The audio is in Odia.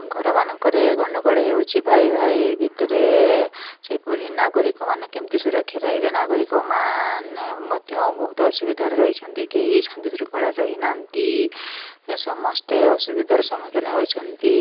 ଘରମାନଙ୍କରେ ଗଣ୍ଡଗୋଳ ହେଉଛି ଭାଇଭାଇ ଭିତରେ ସେପରି ନାଗରିକମାନେ କିମତି ସୁରକ୍ଷା ପାଇବେ ନାଗରିକମାନେ ମଧ୍ୟ ବହୁତ ଅସୁବିଧାରେ ରହିଛନ୍ତି କେହି ଶାନ୍ତିଶୃଙ୍ଖଳାରେ ରହିନାହାନ୍ତି ସମସ୍ତେ ଅସୁବିଧାରେ ସମ୍ମୁଖୀନ ହୋଇଛନ୍ତି